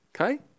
Okay